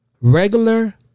regular